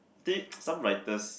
think some writers